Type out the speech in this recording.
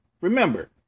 Remember